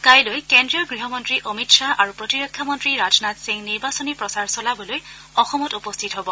কাইলৈ কেন্দ্ৰীয় গৃহমন্ত্ৰী অমিত খাহ আৰু প্ৰতিৰক্ষা মন্ত্ৰী ৰাজনাথ সিং নিৰ্বাচনী প্ৰচাৰ চলাবলৈ অসমত উপস্থিত হব